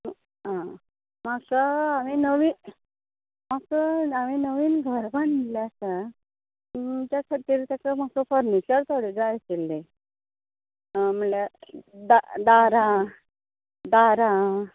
आं म्हाका हांवें नवी म्हाका हांवें नवीन घर बांदिल्लें आसा सो त्या खातीर ताका म्हाका फर्निचर थोडें जाय आशिल्लें म्हणल्या हा दारां दारां